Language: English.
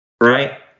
Right